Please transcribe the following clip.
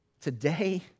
Today